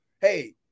Hey